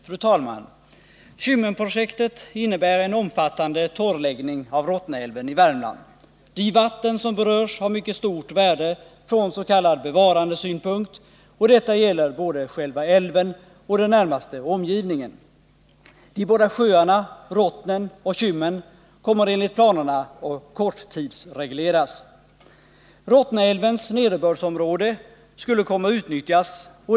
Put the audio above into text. Fru talman! Kymmenprojektet innebär en omfattande torrläggning av Rottnaälven i Värmland. De vatten som berörs har mycket stort värde från s.k. bevarandesynpunkt, och detta gäller både själva älven och den närmaste omgivningen. De båda sjöarna Rottnen och Kymmen kommer enligt planerna att korttidsregleras. Rottnaälvens nederbördsområde skulle komma att utnyttjas.